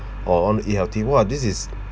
or I want to eat healthy !wah! this is